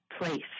place